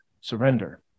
surrender